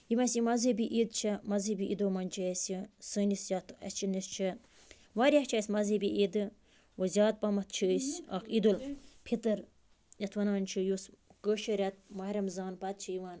یِم اَسہِ یِم مزہبی عید چھےٚ مزہبی عیدَو منٛز چھِ اَسہِ سٲنِس یَتھ چھےٚ واریاہ چھِ اَسہِ مزہبی عیدٕ وٕ زیادٕ پہمتھ چھِ أسۍ اَکھ عیٖدُالفطر یَتھ وَنان چھِ یُس کٲشِر رٮ۪تہٕ ماہِ رمضان پَتہٕ چھِ یِوان